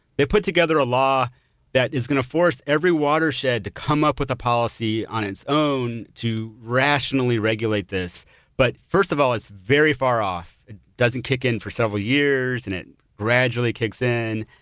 they put together a law that is going to force every watershed to come up with a policy on its own to rationally regulate this but first of all, it's very far off. it doesn't kick in for several years then, and it gradually kicks in.